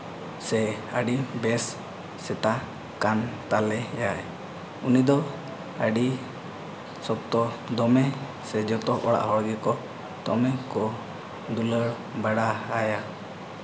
ᱥᱮ ᱟᱹᱰᱤ ᱵᱮᱥ ᱥᱮᱛᱟ ᱠᱟᱱ ᱛᱟᱞᱮᱭᱟᱭ ᱩᱱᱤ ᱫᱚ ᱟᱹᱰᱤ ᱥᱚᱠᱛᱚ ᱫᱚᱢᱮ ᱥᱮ ᱡᱚᱛᱚ ᱚᱲᱟᱜ ᱦᱚᱲ ᱜᱮᱠᱚ ᱫᱚᱢᱮ ᱠᱚ ᱫᱩᱞᱟᱹᱲ ᱵᱟᱲᱟ ᱦᱟᱭᱟ